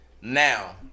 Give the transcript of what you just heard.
Now